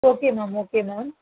okay ma'am okay ma'am